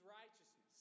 righteousness